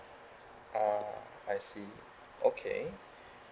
ah I see okay